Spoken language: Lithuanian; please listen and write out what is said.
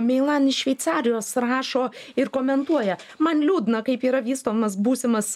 meilan iš šveicarijos rašo ir komentuoja man liūdna kaip yra vystomas būsimas